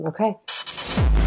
Okay